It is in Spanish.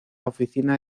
oficina